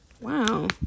Wow